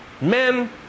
men